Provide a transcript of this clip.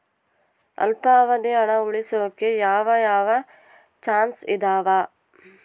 ಅಲ್ಪಾವಧಿ ಹಣ ಉಳಿಸೋಕೆ ಯಾವ ಯಾವ ಚಾಯ್ಸ್ ಇದಾವ?